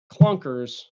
clunkers